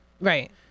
right